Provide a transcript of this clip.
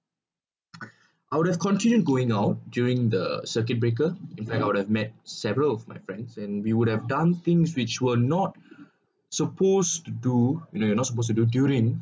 I'll have continued going out during the circuit breaker if I've met several of my friends and we would have done things which were not supposed to do you know you're not supposed to do during